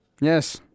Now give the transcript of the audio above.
Yes